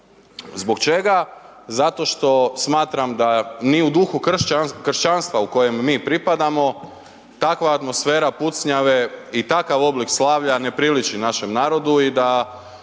zbog čega, zato što smatram da ni u duhu kršćanstva u kojem mi pripadamo takva atmosfera pucnjave i takav oblik slavlja ne priliči našem narodu i da